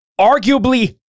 Arguably